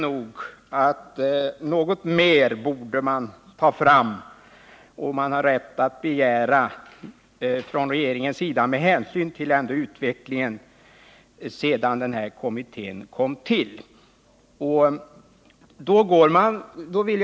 Något mer har man rätt att begära av regeringen med hänsyn till utvecklingen sedan den här kommittén kom till.